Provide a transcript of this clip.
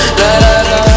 la-la-la